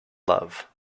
love